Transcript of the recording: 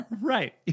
Right